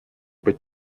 быть